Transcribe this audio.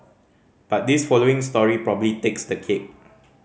but this following story probably takes the cake